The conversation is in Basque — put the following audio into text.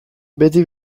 beti